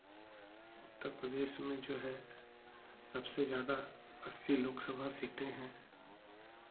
उत्तर प्रदेश में जो है सबसे ज़्यादा अस्सी लोकसभा सीटें है